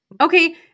Okay